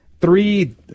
three